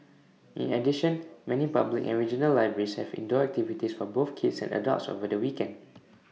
in addition many public and regional libraries have indoor activities for both kids and adults over the weekend